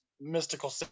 mystical